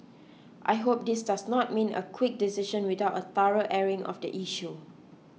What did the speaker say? I hope this does not mean a quick decision without a thorough airing of the issue